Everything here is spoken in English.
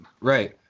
Right